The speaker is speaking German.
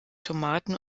tomaten